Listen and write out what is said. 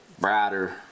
brighter